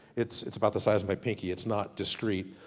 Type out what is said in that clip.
it's it's about the size of my pinky, it's not discrete.